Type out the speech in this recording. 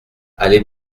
allée